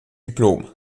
diplom